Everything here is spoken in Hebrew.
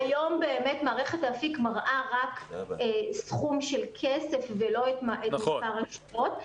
היום באמת מערכת אפיק מראה רק סכום של כסף ולא את מספר השעות.